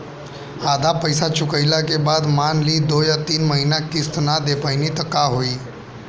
आधा पईसा चुकइला के बाद मान ली दो या तीन महिना किश्त ना दे पैनी त का होई?